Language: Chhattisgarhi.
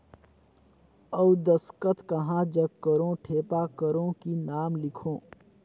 अउ दस्खत कहा जग करो ठेपा करो कि नाम लिखो?